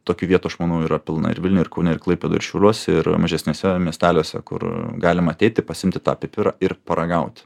tokių vietų aš manau yra pilna ir vilniuj ir kaune ir klaipėdoj šiauliuose ir mažesniuose miesteliuose kur galima ateiti pasiimti tą pipirą ir paragauti